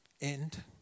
End